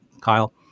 Kyle